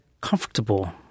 comfortable